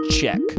Check